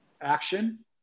action